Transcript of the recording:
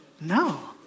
no